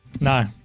No